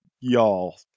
y'all